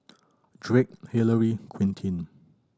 Drake Hilary Quintin